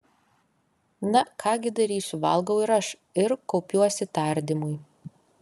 na ką gi darysiu valgau ir aš ir kaupiuosi tardymui